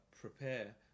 prepare